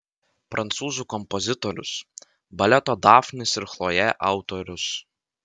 prancūzų kompozitorius baleto dafnis ir chlojė autorius